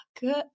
good